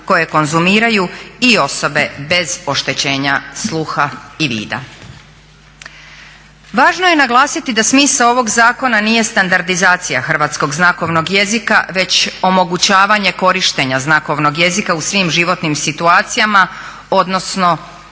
koje konzumiraju i osobe bez oštećenja sluha i vida. Važno je naglasiti da smisao ovog zakona nije standardizacija hrvatskog znakovnog jezika, već omogućavanje korištenja znakovnog jezika u svim životnim situacijama, odnosno